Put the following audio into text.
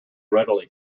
readily